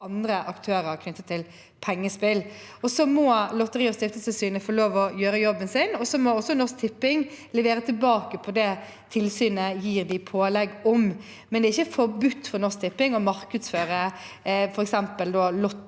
og også andre aktører knyttet til pengespill. Lotteri- og stiftelsestilsynet må få lov til å gjøre jobben sin, og så må Norsk Tipping levere på det tilsynet gir dem pålegg om, men det er ikke forbudt for Norsk Tipping å markedsføre f.eks.